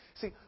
see